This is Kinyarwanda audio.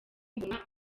mbona